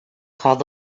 called